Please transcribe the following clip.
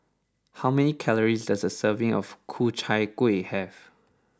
how many calories does a serving of Ku Chai Kueh have